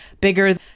bigger